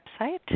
website